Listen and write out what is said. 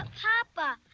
papa.